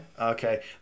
Okay